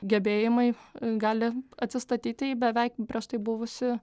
gebėjimai gali atsistatyti į beveik prieš tai buvusį